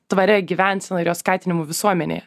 tvaria gyvensena ir jos skatinimu visuomenėje